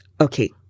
Okay